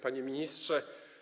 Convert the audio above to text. Panie Ministrze!